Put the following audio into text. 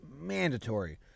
mandatory